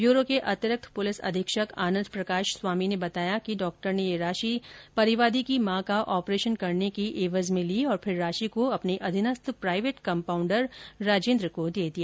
bureau के अतिरिक्त police अबीक्षक आनंद प्रकाश स्वामी ने बताया कि डॉ ने यह राशि परिवादी की मां का ऑपरेशन करने की एवज में ली और फिर राशि को अपने अधीनस्थ प्राइवेट कंपाउंडर राजेन्द्र को दे दी